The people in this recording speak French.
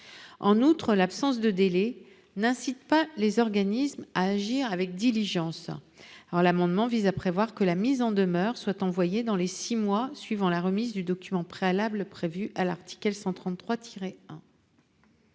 En outre, l’absence de délai n’incite pas les organismes à agir avec diligence. L’amendement vise par conséquent à prévoir que la mise en demeure est envoyée dans les six mois suivant la remise du document préalable prévu à l’article L.